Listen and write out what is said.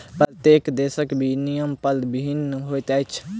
प्रत्येक देशक विनिमय दर भिन्न होइत अछि